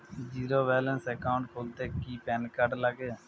Zero balance account খুলতে কি PAN card লাগে?